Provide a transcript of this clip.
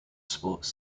sports